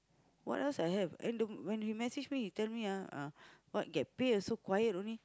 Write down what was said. what else I have and the when you message me you tell me ah uh what get pay also quiet only